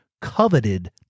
coveted